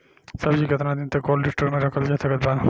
सब्जी केतना दिन तक कोल्ड स्टोर मे रखल जा सकत बा?